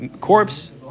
corpse